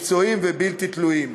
מקצועיים ובלתי תלויים.